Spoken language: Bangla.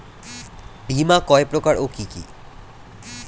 বীমা কয় প্রকার কি কি?